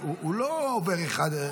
הוא לא עובר אחד-אחד.